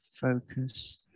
focus